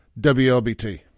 WLBT